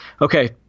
okay